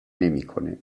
نمیکنه